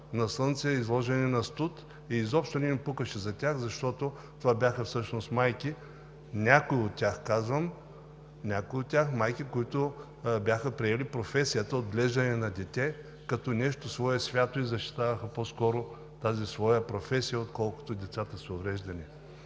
на слънце, изложени на студ и изобщо не им пукаше за тях, защото това бяха всъщност майки – казвам някои от тях – които бяха приели професията отглеждане на дете като нещо свое свято и по-скоро защитаваха тази своя професия, отколкото децата с увреждания.